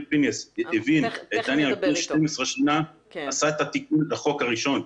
פינס הבין ועשה את תיקון לחוק הראשון,